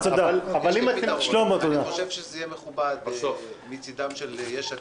אני חושב שזה יהיה מכובד מצידם של יש עתיד,